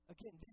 Again